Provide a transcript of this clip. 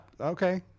Okay